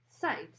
sites